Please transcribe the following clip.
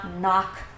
knock